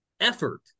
effort